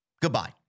Goodbye